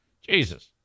Jesus